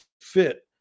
fit